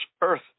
earth